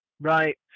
Right